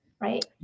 right